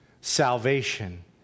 Salvation